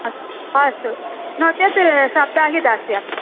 अस्तु आ अस्तु नो चेत् सप्ताहे दास्यामि